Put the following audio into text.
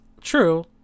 true